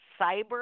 cyber